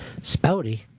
spouty